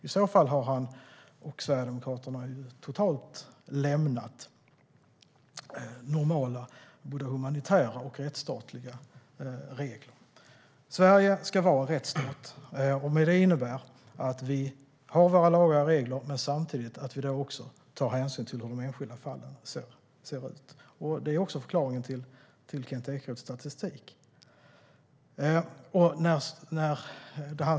I så fall har han och Sverigedemokraterna totalt lämnat normala humanitära och rättsstatliga regler. Sverige ska vara en rättsstat. Det innebär att vi har våra lagar och regler men samtidigt tar hänsyn till hur de enskilda fallen ser ut. Det är också förklaringen till Kent Ekeroths statistik.